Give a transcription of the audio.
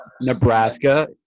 Nebraska